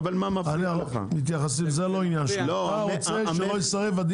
אתה רוצה שהדילר לא יישרף.